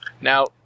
Now